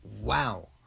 Wow